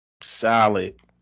solid